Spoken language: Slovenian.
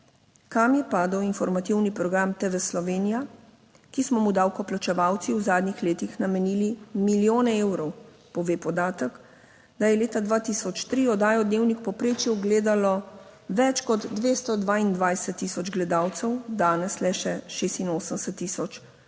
Kam je padel informativni program TV Slovenija, ki smo mu davkoplačevalci v zadnjih letih namenili milijon evrov? Pove podatek, da je leta 2003 oddajo Dnevnik v povprečju ogledalo več kot 222000 gledalcev, danes le še 55.